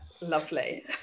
lovely